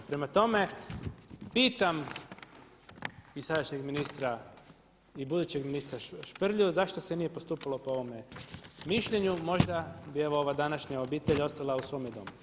Prema tome, pitam i sadašnjeg ministra i budućeg ministra Šprlju zašto se nije po ovome mišljenju, možda bi evo ova današnja obitelj ostala u svome domu.